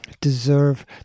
deserve